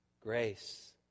Grace